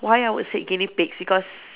why I would say guinea pigs because